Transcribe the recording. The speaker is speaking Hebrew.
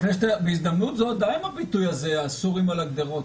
בהזדמנות זו די עם הביטוי הסורים על הגדרות.